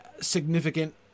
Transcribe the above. significant